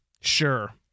Sure